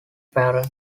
parent